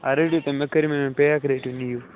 مےٚ کٔرۍمو یِم پیک رٔٹِو نِیو